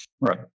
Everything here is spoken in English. Right